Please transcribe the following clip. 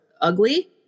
ugly